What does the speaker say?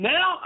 Now